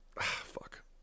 Fuck